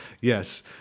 yes